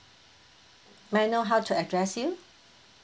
may I know how to address you